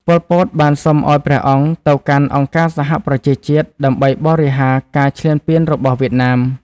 ប៉ុល ពត បានសុំឱ្យព្រះអង្គទៅកាន់អង្គការសហប្រជាជាតិដើម្បីបរិហារការឈ្លានពានរបស់វៀតណាម។